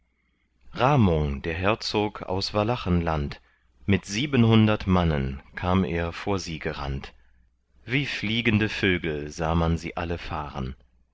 ramung der herzog aus walachenland mit siebenhundert mannen kam er vor sie gerannt wie fliegende vögel sah man sie alle fahren